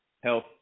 health